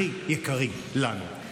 הכי יקרים לנו.